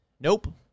Nope